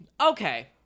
Okay